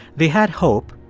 they had hope.